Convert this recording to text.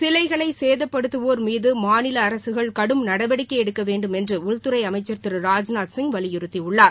சிலைகளை சேதப்படுத்துவோர் மீது மாநில அரசுகள் கடும் நடவடிக்கை எடுக்கவேண்டும் என்று உள்துறை அமைச்சர் திரு ராஜ்நாத் சிங் வலியுறுத்தியுள்ளார்